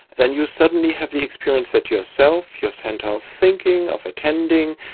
then you suddenly have the experience that your self, your centre of thinking, of attending,